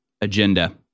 agenda